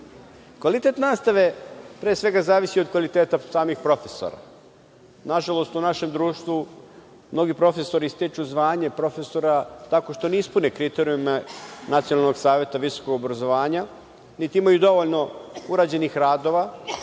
Kvalitet nastave pre svega zavisi od kvaliteta samih profesora. Na žalost u našem društvu mnogi profesori stiču zvanje profesora tako što ne ispune kriterijume Nacionalnog saveta visokog obrazovanja, niti imaju dovoljno urađenih radova,